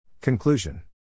Conclusion